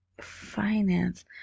finance